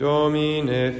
Domine